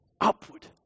upward